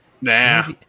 Nah